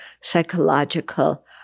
psychological